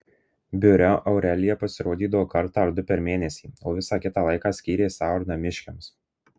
biure aurelija pasirodydavo kartą ar du per mėnesį o visą kitą laiką skyrė sau ir namiškiams